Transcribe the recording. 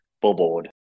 billboard